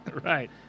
Right